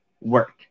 work